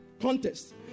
contest